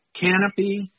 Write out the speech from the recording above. canopy